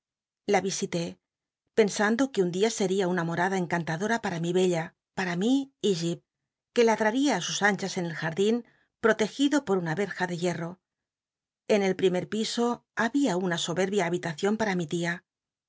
la visité pensando que un dia seria una morada encantadora para mi bella para mí y jip que ladraría á sus anchas en el ja din protegido por una verja de hier ro en el primer piso había una soberbia habitacion para mi tia